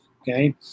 Okay